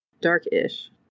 Dark-ish